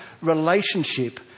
relationship